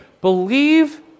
Believe